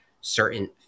certain